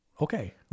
Okay